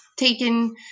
Taken